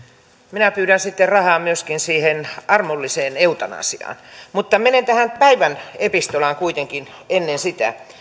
minä pyydän sitten rahaa myöskin siihen armolliseen eutanasiaan mutta menen tähän päivän epistolaan kuitenkin ennen sitä